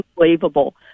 unbelievable